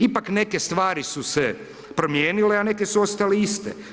Ipak neke stvari su se promijenile, a neke su ostale iste.